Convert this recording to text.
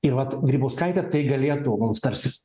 ir vat grybauskaitė tai galėtų mums tarsi